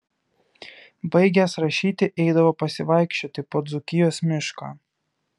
baigęs rašyti eidavo pasivaikščioti po dzūkijos mišką